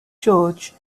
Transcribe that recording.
george